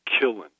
killing